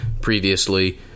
previously